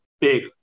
big